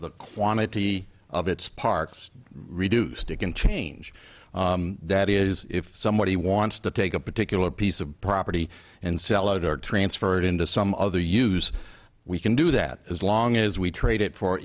the quantity of its parts reduced it can change that is if somebody wants to take a particular piece of property and sell it or transferred into some other use we can do that as long as we trade it for